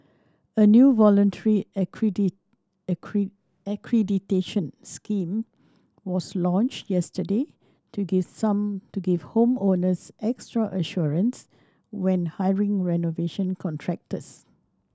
a new voluntary accreditation scheme was launched yesterday to give some to give home owners extra assurance when hiring renovation contractors